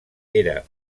era